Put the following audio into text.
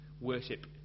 worship